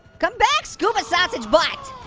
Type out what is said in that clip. come back, scuba sausage butt,